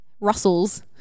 russells